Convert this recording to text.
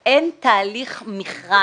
בנושא האוטובוסים אין תהליך מכרז